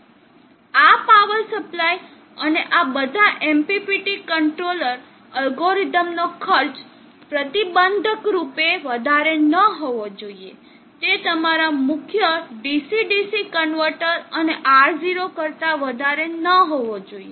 આ power supply અને આ બધા MPPT કંટ્રોલર એલ્ગોરિધમનો ખર્ચ પ્રતિબંધકરૂપે વધારે ન હોવો જોઈએ તે તમારા મુખ્ય DC DCકન્વર્ટર અને R0 કરતા વધારે ન હોવો જોઈએ